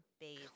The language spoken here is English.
bathe